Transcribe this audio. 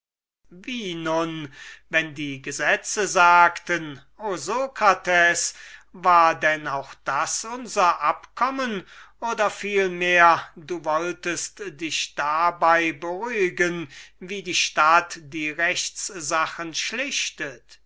wenn die gesetze sagten o sokrates war denn auch das unser abkommen oder vielmehr du wollest dich dabei beruhigen wie die stadt die rechtssachen schlichtet